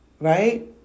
Right